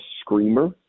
screamer